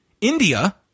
India